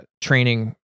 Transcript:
training